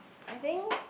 I think